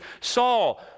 Saul